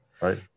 right